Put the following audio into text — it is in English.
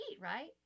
right